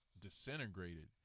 disintegrated